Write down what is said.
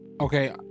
okay